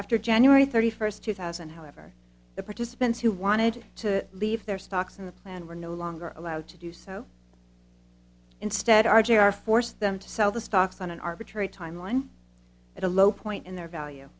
after january thirty first two thousand however the participants who wanted to leave their stocks in the plan were no longer allowed to do so instead r j or force them to sell the stocks on an arbitrary time line at a low point in their value